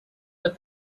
the